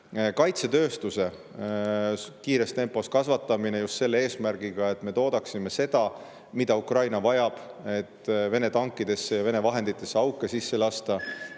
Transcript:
kaitsetööstuse kiires tempos kasvatamine just selle eesmärgiga, et me toodaksime seda, mida Ukraina vajab, et Vene tankidesse ja Vene vahenditesse auke sisse lasta.